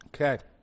Okay